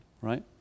Right